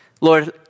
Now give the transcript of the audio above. Lord